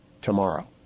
tomorrow